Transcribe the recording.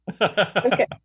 Okay